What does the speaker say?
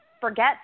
forget